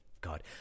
god